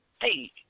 hey